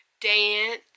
dance